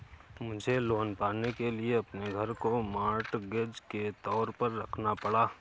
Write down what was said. मुझे लोन पाने के लिए अपने घर को मॉर्टगेज के तौर पर रखना पड़ा